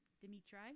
dimitri